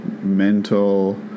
mental